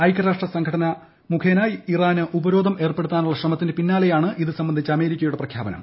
ഐക്യരാഷ്ട്രസംഘന മുഖേന ഇറാന് ഉപരോധം ഏർപ്പെട്ടുത്താനുള്ള ശ്രമത്തിന് പിന്നാലെയാണ് ഇത് സംബന്ധിച്ച് അമേരിക്കയുടെ പ്രഖ്യാപനം